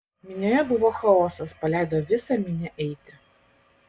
minioje buvo chaosas paleido visą minią eiti